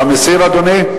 אתה מסיר, אדוני?